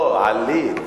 לא, עלית.